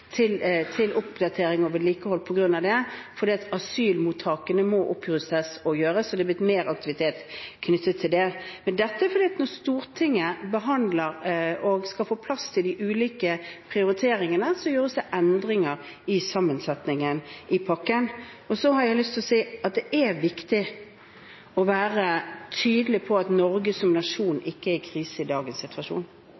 til oppdatering og vedlikehold på grunn av det, fordi asylmottakene må rustes opp og klargjøres, så det har blitt mer aktivitet knyttet til det. Dette skjer fordi når Stortinget behandler og skal få plass til de ulike prioriteringene, gjøres det endringer i sammensetningen av pakken. Så har jeg lyst til å si at det er viktig å være tydelig på at Norge som nasjon